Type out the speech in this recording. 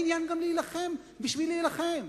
אין עניין גם להילחם בשביל להילחם.